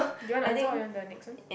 do you want to answer or you want the next one